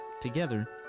Together